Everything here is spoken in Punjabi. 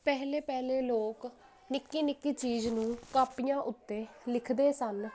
ਪਹਿਲੇ ਪਹਿਲੇ ਲੋਕ ਨਿੱਕੀ ਨਿੱਕੀ ਚੀਜ਼ ਨੂੰ ਕਾਪੀਆਂ ਉੱਤੇ ਲਿਖਦੇ ਸਨ